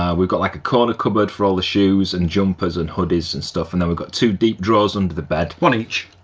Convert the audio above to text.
um we've got like a corner cupboard for all the shoes and jumpers and hoodies and stuff and then we've got two deep drawers under the bed. one each.